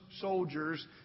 Soldiers